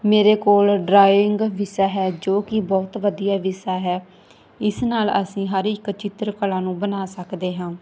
ਮੇਰੇ ਕੋਲ ਡਰਾਇੰਗ ਵਿਸ਼ਾ ਹੈ ਜੋ ਕਿ ਬਹੁਤ ਵਧੀਆ ਵਿਸ਼ਾ ਹੈ ਇਸ ਨਾਲ ਅਸੀਂ ਹਰ ਇੱਕ ਚਿੱਤਰਕਲਾ ਨੂੰ ਬਣਾ ਸਕਦੇ ਹਾਂ